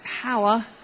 power